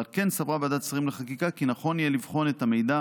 ועל כן סברה ועדת השרים לחקיקה כי נכון יהיה לבחון את המידע